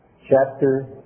Chapter